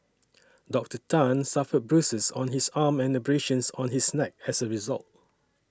Doctor Tan suffered bruises on his arm and abrasions on his neck as a result